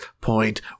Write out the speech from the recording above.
point